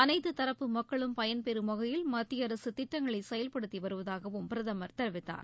அனைத்து தரப்பு மக்களும் பயன்பெறும் வகையில் மத்திய அரசு திட்டங்களை செயல்படுத்தி வருவதாகவும் பிரதமர் தெரிவித்தார்